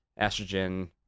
estrogen